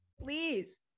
please